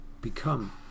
become